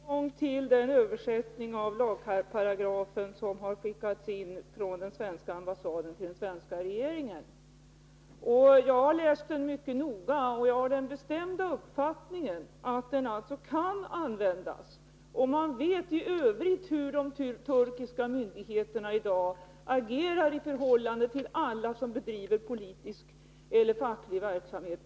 Herr talman! Jag har också tillgång till den översättning av lagparagrafen som har skickats in från den svenska ambassaden till den svenska regeringen. Jag har läst den mycket noga, och jag har den bestämda uppfattningen att paragrafen kan användas som en gummiparagraf, och man vet hur de Nr 94 turkiska myndigheterna i dag agerar i förhållande till alla som bedriver politisk eller facklig verksamhet.